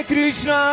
Krishna